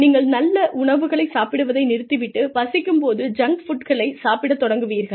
நீங்கள் நல்ல உணவுகளைச் சாப்பிடுவதை நிறுத்திவிட்டு பசிக்கும் போது ஜங்க் ஃபுட்களை சாப்பிடத் தொடங்குவீர்கள்